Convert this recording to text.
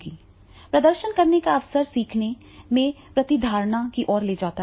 प्रदर्शन करने का अवसर सीखने में प्रतिधारण की ओर जाता है